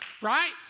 right